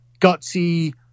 gutsy